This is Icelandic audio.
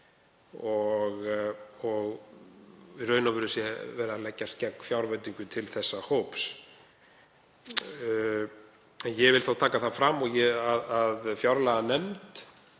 og veru sé verið að leggjast gegn fjárveitingu til þessa hóps. Ég vil þó taka það fram að fjárlaganefnd